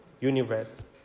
universe